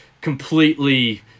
completely